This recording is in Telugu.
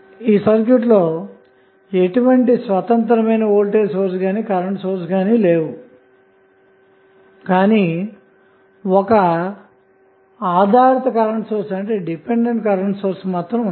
ఈ ప్రత్యేక సర్క్యూట్ లో ఎటువంటి స్వతంత్రమైన వోల్టేజ్ సోర్స్ కానీ కరెంటు సోర్స్ కానీ లేవు గాని ఒక ఆధారిత కరెంటు సోర్స్ మాత్రం ఉంది